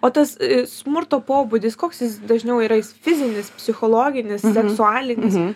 o tas e smurto pobūdis koks jis dažniau yra jis fizinis psichologinis seksualinis